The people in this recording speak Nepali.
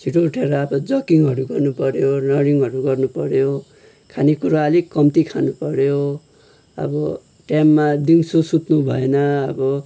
छिटो उठेर अब जकिङहरू गर्नुपऱ्यो रनिङहरू गर्नुपऱ्यो खानेकुरो आलिक कम्ती खानुपऱ्यो अब टाइममा दिउँसो सुत्नु भएन अब